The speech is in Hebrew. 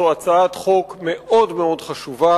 זו הצעת חוק מאוד חשובה,